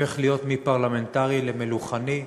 הופך להיות מפרלמנטרי למלוכני,